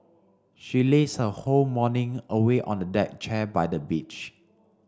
she lazed her whole morning away on a deck chair by the beach